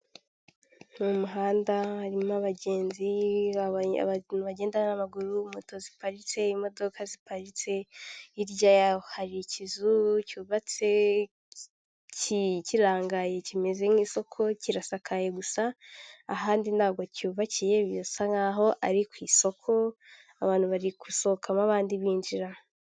Mu muhanda harimo abagenzi bagenda n'amaguru moto ziparitse, imodoka ziparitse. Hirya hari ikizu cyubatse kikirangaye, kimeze nk'isoko. Kirasakaye, gusa ahandi ntabwo cyubakiye. Birasa nk'aho ari ku isoko; abantu bari gusohokamo, abandi binjira.